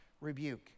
rebuke